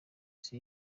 isi